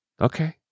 Okay